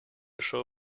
show